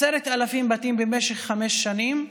10,000 בתים במשך חמש שנים,